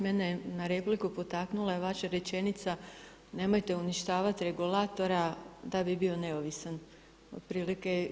Mene je na repliku potaknula vaša rečenica, nemojte uništavati regulatora da bi bio neovisan, otprilike.